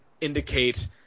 indicate